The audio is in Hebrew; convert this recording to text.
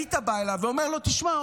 היית בא אליו ואומר לו: תשמע,